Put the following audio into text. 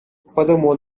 furthermore